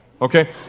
Okay